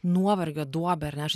nuovargio duobę ar ne aš